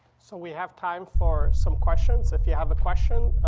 so, we have time for some questions. if you have a question,